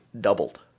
doubled